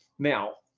now,